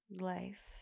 life